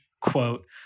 quote